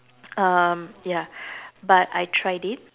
um ya but I tried it